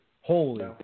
Holy